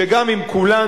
שגם אם כולנו,